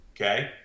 okay